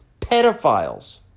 pedophiles